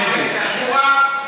מועצת השורא,